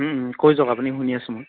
কৈ যাওক আপুনি শুনি আছোঁ মই